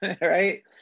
right